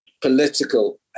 political